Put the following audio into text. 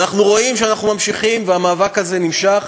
ואנחנו רואים שאנחנו ממשיכים והמאבק הזה נמשך.